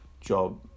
job